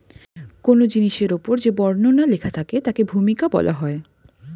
কোন জিনিসের উপর যে বর্ণনা লেখা থাকে তাকে ভূমিকা বলা হয়